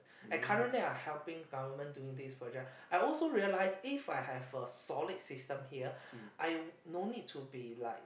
I currently I helping government doing this project I also realize If I have a solid system here I no need to be like